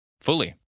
Fully